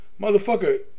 motherfucker